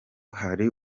hari